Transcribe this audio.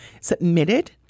submitted